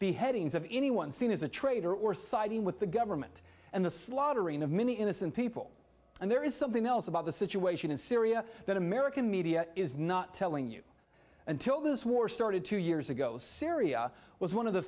beheadings of anyone seen as a traitor or so siding with the government and the slaughtering of many innocent people and there is something else about the situation in syria that american media is not telling you until this war started two years ago syria was one of the